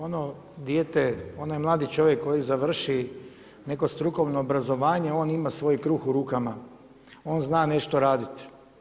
Ono dijete, onaj mladi čovjek koji završi neko strukovno obrazovanje on ima svoj kruh u rukama, on zna nešto raditi.